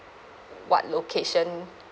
what location